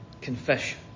confession